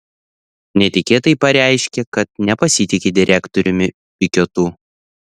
netikėtai pareiškė kad nepasitiki direktoriumi pikiotu